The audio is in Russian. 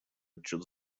отчет